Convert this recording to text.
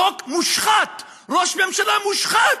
חוק מושחת, ראש ממשלה מושחת,